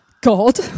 God